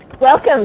Welcome